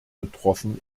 betroffen